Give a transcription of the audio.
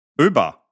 uber